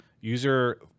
User